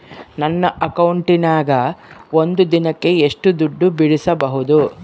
ನನ್ನ ಅಕೌಂಟಿನ್ಯಾಗ ಒಂದು ದಿನಕ್ಕ ಎಷ್ಟು ದುಡ್ಡು ಬಿಡಿಸಬಹುದು?